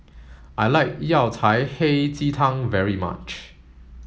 I like Yao Cai Hei Ji Tang very much